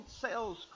sales